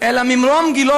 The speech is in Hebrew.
אלא ממרום גילו,